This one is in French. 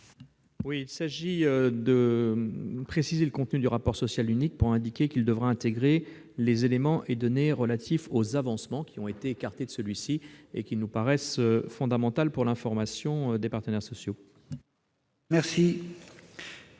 vise à préciser le contenu du rapport social unique en indiquant qu'il devra intégrer les éléments et données relatifs aux avancements, qui en ont été écartés. Or cela nous paraît fondamental pour l'information des partenaires sociaux. Quel